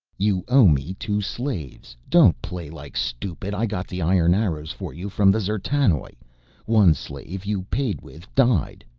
you owe me two slaves, don't play like stupid. i got the iron arrows for you from the d'zertanoj, one slave you paid with died.